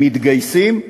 הם מתגייסים,